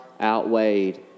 outweighed